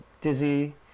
dizzy